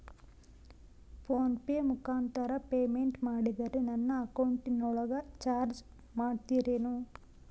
Phone pay ಮುಖಾಂತರ payment ಮಾಡಿದರೆ ನನ್ನ ಅಕೌಂಟಿನೊಳಗ ಚಾರ್ಜ್ ಮಾಡ್ತಿರೇನು?